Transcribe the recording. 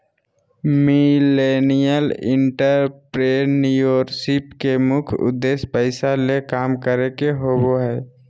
millennial entrepreneurship के मुख्य उद्देश्य पैसा ले काम करे के होबो हय